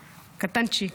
קטנצ'יק.